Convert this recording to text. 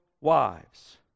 wives